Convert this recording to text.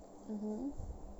mmhmm